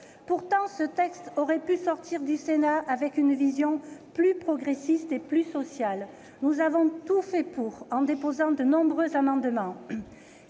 Pourtant, ce texte aurait pu sortir du Sénat avec une vision plus progressiste et plus sociale. Nous avons tout fait pour, en déposant de nombreux amendements.